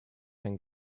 can